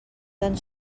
tan